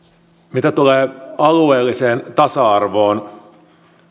mitä tulee alueelliseen tasa arvoon